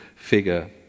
figure